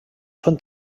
són